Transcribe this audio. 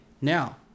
Now